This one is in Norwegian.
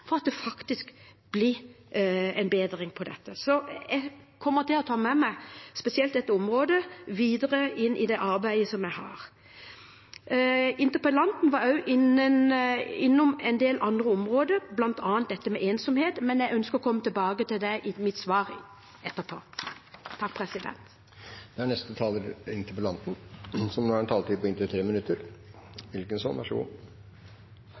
for at det faktisk blir en bedring her. Så jeg kommer til å ta med meg spesielt dette området videre inn i det arbeidet som jeg gjør. Interpellanten var også innom en del andre områder, bl.a. dette med ensomhet, men det ønsker jeg å komme tilbake til i mitt svar etterpå. Her er det mye vi er enige om. Statsråden startet med å si at vi har en